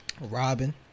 Robin